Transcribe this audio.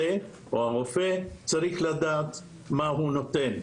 הרופא צריך בהחלט לדעת מה הוא נותן.